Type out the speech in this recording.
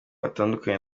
atandukanye